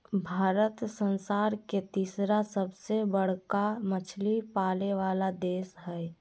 भारत संसार के तिसरा सबसे बडका मछली पाले वाला देश हइ